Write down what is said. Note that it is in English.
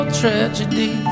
tragedy